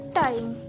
time